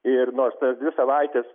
ir nors per dvi savaites